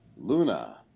Luna